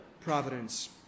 providence